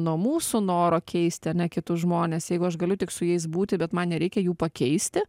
nuo mūsų noro keisti ane kitus žmones jeigu aš galiu tik su jais būti bet man nereikia jų pakeisti